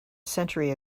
century